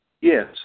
Yes